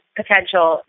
potential